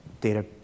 data